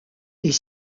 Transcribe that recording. est